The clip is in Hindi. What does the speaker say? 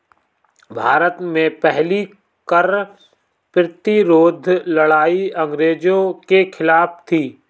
भारत में पहली कर प्रतिरोध लड़ाई अंग्रेजों के खिलाफ थी